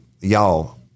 y'all